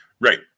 Right